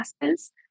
classes